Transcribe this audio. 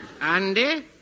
Andy